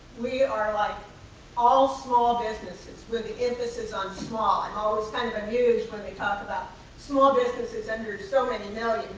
we are like all small businesses, with the emphasis on small. i'm always kind of amused when they talk about small businesses under so many million.